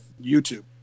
YouTube